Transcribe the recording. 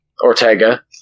Ortega